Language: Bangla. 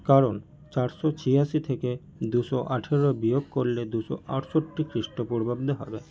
কারণ চারশো ছিয়াশি থেকে দুশো আঠেরো বিয়োগ করলে দুশো আটষট্টি খ্রিস্টপূর্বাব্দ হবে